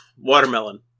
watermelon